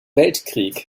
weltkrieg